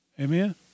Amen